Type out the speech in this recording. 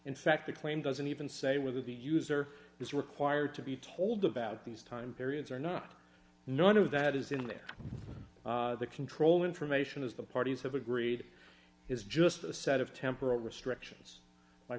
in fact the claim doesn't even say whether the user is required to be told about these time periods or not none of that is in their control information as the parties have agreed is just a set of temporal restrictions my